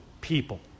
people